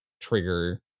trigger